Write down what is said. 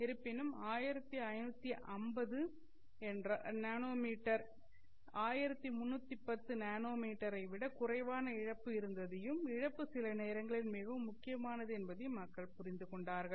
இருப்பினும் 1550 என்எம் ல் 1310 என்எம் ஐ விடக் குறைவான இழப்பு இருந்ததையும் இழப்பு சில நேரங்களில் மிகவும் முக்கியமானது என்பதையும் மக்கள் புரிந்து கொண்டார்கள்